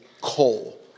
coal